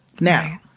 Now